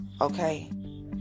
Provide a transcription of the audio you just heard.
okay